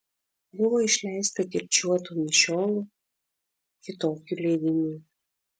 buvo išleista kirčiuotų mišiolų kitokių leidinių